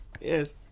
Yes